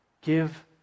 Give